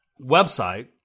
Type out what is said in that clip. website